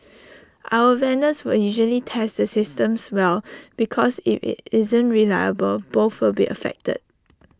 our vendors will usually test the systems well because if IT isn't reliable both will be affected